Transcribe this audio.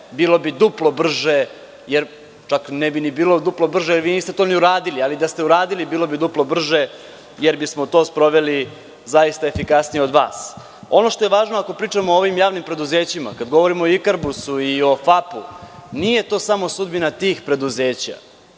bilo bi duplo brže, ne bi bilo ni duplo brže jer to niste uradili, a da ste uradili bilo bi duplo brže jer bismo to sproveli efikasnije od vas. Ono što je važno ako pričamo o ovim javnim preduzećima, kada govorimo o „Ikarbusu“ i FAP nije samo sudbina tih preduzeća.